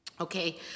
Okay